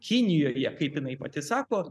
kinijoje kaip jinai pati sako